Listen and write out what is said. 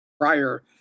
prior